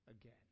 again